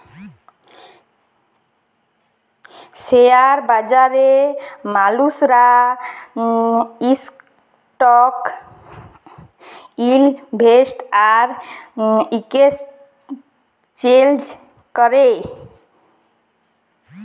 share বাজারে মালুসরা stock invest আর একেসচেলজ ক্যরে